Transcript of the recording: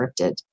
scripted